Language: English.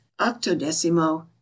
octodecimo